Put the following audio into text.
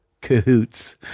cahoots